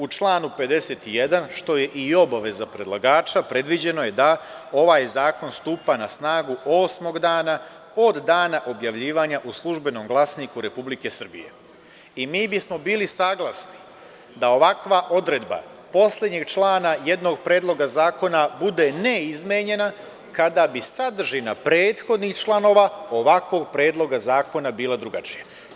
U članu 51. što je i obaveza predlagača predviđeno je da ovaj zakon stupa na snagu osmog dana od dana objavljivanja u „Službenom glasniku Republike Srbije“ i mi bismo bili saglasni da ovakva odredba poslednjeg člana jednog predloga zakona bude ne izmenjena kada bi sadržina prethodnih članova ovakvog predloga zakona bila drugačija.